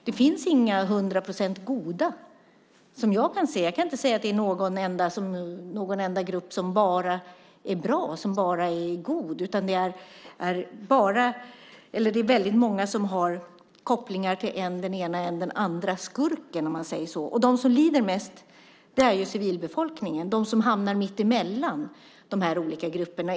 Det finns inga som är hundra procent goda, som jag kan se. Jag kan inte se att det finns någon enda grupp som bara är bra, som bara är god. Det är väldigt många som har kopplingar till än den ena, än den andra skurken, om man säger så. Och de som lider mest är ju civilbefolkningen, de som hamnar mitt emellan de olika grupperna.